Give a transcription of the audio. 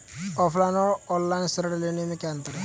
Offline और online ऋण लेने में क्या अंतर है?